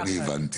רגע, אני הבנתי.